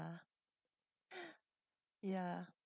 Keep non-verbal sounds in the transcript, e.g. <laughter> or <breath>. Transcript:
<breath> ya